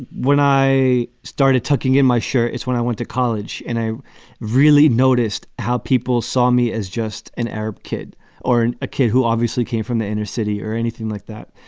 when i started tucking in my shirt, it's when i went to college and i really noticed how people saw me as just an arab kid or a kid who obviously came from the inner city or anything like that.